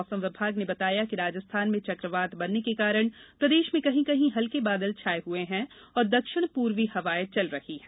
मौसम विभाग ने बताया कि राजस्थान में चकवात बनने के कारण प्रदेश में कहीं कहीं हल्के बादल छाये हुए हैं और दक्षिण पूर्वी हवाएं चल रही है